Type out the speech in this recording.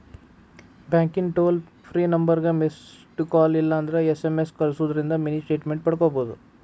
ಬ್ಯಾಂಕಿಂದ್ toll free ನಂಬರ್ಗ missed call ಇಲ್ಲಂದ್ರ ಎಸ್.ಎಂ.ಎಸ್ ಕಲ್ಸುದಿಂದ್ರ ಮಿನಿ ಸ್ಟೇಟ್ಮೆಂಟ್ ಪಡ್ಕೋಬೋದು